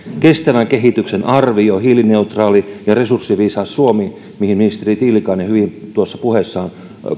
kestävän kehityksen arvio hiilineutraali ja resurssiviisas suomi mihin ministeri tiilikainen hyvin tuossa puheessaan